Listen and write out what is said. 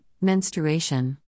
menstruation